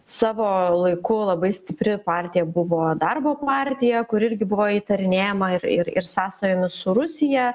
savo laiku labai stipri partija buvo darbo partija kur irgi buvo įtarinėjama ir ir ir sąsajomis su rusija